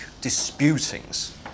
disputings